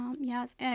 Yes